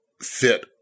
fit